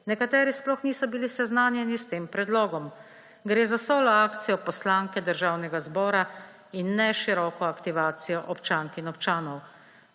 nekateri sploh niso bili seznanjeni s tem predlogom. Gre za solo akcijo poslanke Državnega zbora in ne široko aktivacijo občank in občanov.